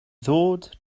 ddod